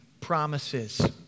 promises